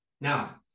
Now